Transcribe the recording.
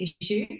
issue